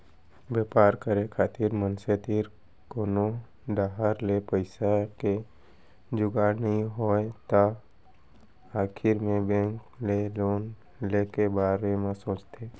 बेपार करे खातिर मनसे तीर कोनो डाहर ले पइसा के जुगाड़ नइ होय तै आखिर मे बेंक ले लोन ले के बारे म सोचथें